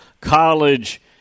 college